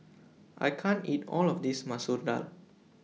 I can't eat All of This Masoor Dal